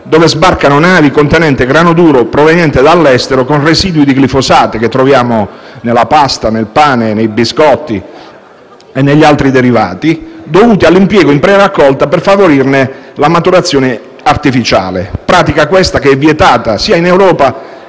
dove sbarcano navi contenenti grano duro proveniente dall'estero con residui di glifosato (che troviamo nella pasta, nel pane, nei biscotti e negli altri derivati), dovuti all'impiego in preraccolta per favorire la maturazione artificiale, pratica vietata in Europa